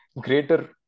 greater